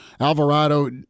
Alvarado